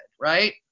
right